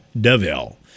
DeVille